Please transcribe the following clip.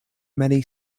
many